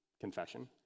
confession